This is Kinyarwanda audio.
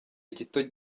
gito